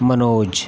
Manoj